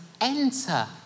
enter